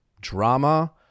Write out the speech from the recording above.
drama